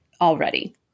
already